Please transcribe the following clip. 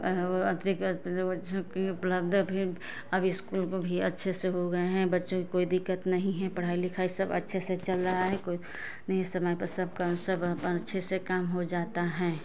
उपलब्ध है अब स्कूल को भी अच्छे से हो गये हैं बच्चों को कोई दिक्कत नहीं है पढ़ाई लिखा सब अच्छे से चल रहा है कोई समय पर सब काम सब अच्छे से हो जाता है